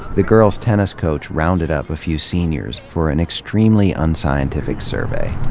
the girls tennis coach rounded up a few seniors for an extremely unscientific survey.